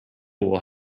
will